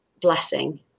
blessing